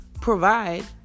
provide